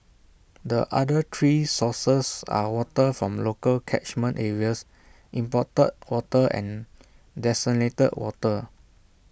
the other three sources are water from local catchment areas imported water and desalinated water